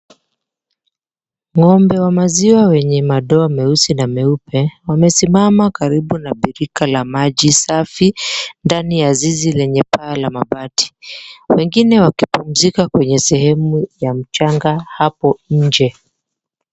Ng'ombe wa maziwa wenye madoa meusi na meupe, wamesimama karibu na birika la maji safi, ndani ya zizi lenye paa la mabati. Wengine wakipumzika kwenye sehemu ya mchanga hapo nje.